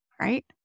right